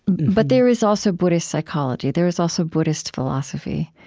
but there is also buddhist psychology. there is also buddhist philosophy.